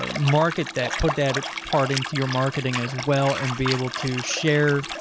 ah market that, put that in. part into your marketing as well, and be able to share,